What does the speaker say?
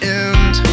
end